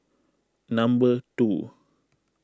number two